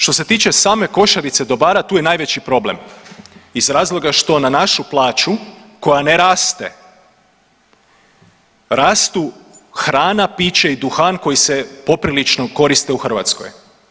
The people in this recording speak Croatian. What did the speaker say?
Što se tiče same košarice dobara, tu je najveći problem iz razloga što na našu plaću koja ne raste, rastu hrana, piće i duhan koji se poprilično koriste u Hrvatskoj.